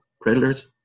predators